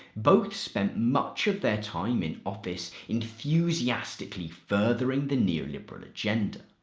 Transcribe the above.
both spent much of their time in office enthusiastically furthering the neoliberal agenda.